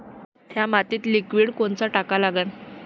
थ्या मातीत लिक्विड कोनचं टाका लागन?